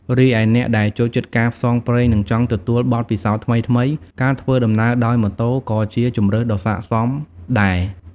រីឯអ្នកដែលចូលចិត្តការផ្សងព្រេង និងចង់ទទួលបទពិសោធន៍ថ្មីៗ ការធ្វើដំណើរដោយម៉ូតូ ក៏ជាជម្រើសដ៏ស័ក្តិសមដែរ។